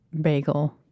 bagel